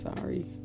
sorry